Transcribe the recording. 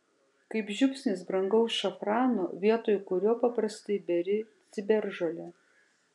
kaip žiupsnis brangaus šafrano vietoj kurio paprastai beri ciberžolę